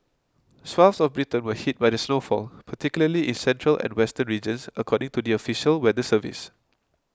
swathes of Britain were hit by the snowfall particularly in central and western regions according to the official weather service